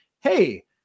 Hey